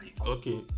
Okay